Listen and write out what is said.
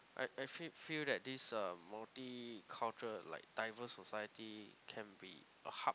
I I feel feel that this uh multi cultural like diverse society can be a hub